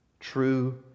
True